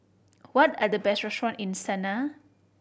what are the best restaurant in Sanaa